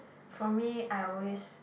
for me I always